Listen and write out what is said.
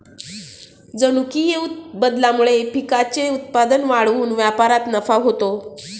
जनुकीय बदलामुळे पिकांचे उत्पादन वाढून व्यापारात नफा होतो